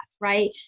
right